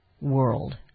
world